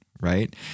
right